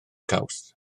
caws